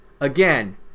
again